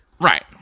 Right